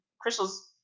Crystal's